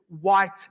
white